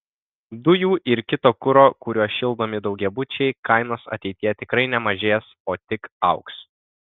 dujų ir kito kuro kuriuo šildomi daugiabučiai kainos ateityje tikrai nemažės o tik augs